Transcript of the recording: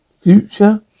future